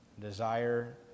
desire